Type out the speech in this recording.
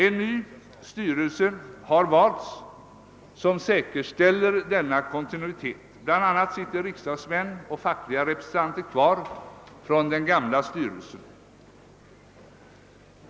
En ny styrelse har valts som säkerställer denna kontinuitet. Bl.a. sitter riksdagsmän och fackliga representanter kvar från den gamla styrelsen.